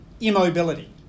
immobility